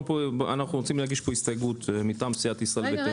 אנחנו רוצים להגיש פה הסתייגות מטעם סיעת ישראל ביתנו.